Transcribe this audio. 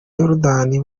yorodani